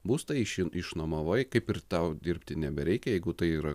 būstą iš išnuomavai kaip ir tau dirbti nebereikia jeigu tai yra